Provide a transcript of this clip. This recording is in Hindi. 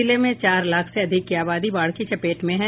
जिले में चार लाख से अधिक की आबादी बाढ़ की चपेट में हैं